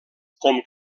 com